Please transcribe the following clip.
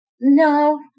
No